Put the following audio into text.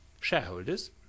shareholders